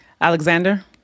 Alexander